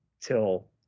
till